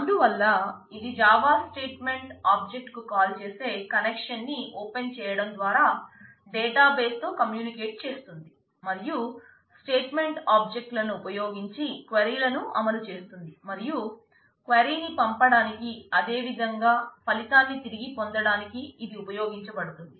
అందువల్ల ఇది జావాని అమలు చేస్తుంది మరియు క్వైరీని పంపడానికి అదేవిధంగా ఫలితాన్ని తిరిగి పొందడానికి ఇది ఉపయోగించబడుతుంది